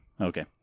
Okay